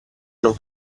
non